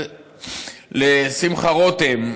לשמחה רותם,